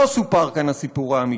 לא סופר כאן הסיפור האמיתי,